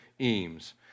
Eames